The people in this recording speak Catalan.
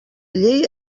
llei